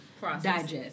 digest